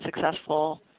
successful